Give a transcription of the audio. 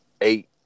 eight